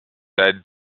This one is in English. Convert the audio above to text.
said